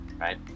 right